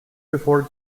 before